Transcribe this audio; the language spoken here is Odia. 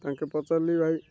ତାଙ୍କେ ପଚାରିଲି ଭାଇ